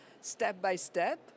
step-by-step